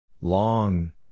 Long